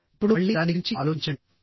ఇప్పుడు మళ్ళీదాని గురించి ఆలోచించండి